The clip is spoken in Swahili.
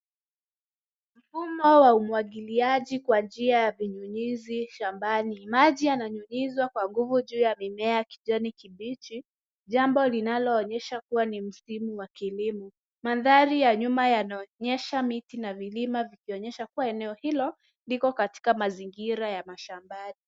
Mfumo wa umwagiliaji kwa njia ya vinyunyizi shambani. Maji yananyulizwa kwa nguvu juu ya mimea ya kijani kibichi, jambo linaloonyesha kuwa ni msimu wa kilimo. Mandhari ya nyuma yanayoonyesha miti na milima vikionyesha kuwa eneo hilo, liko katika mazingira ya mashambani.